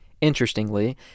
Interestingly